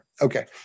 Okay